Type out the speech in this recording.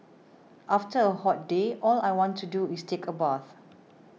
after a hot day all I want to do is take a bath